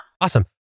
Awesome